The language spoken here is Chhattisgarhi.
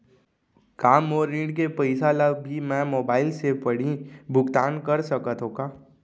का मोर ऋण के पइसा ल भी मैं मोबाइल से पड़ही भुगतान कर सकत हो का?